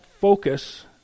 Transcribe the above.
focus